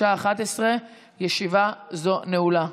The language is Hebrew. בשעה 11:00. ישיבה זו נעולה.